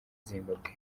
zimbabwe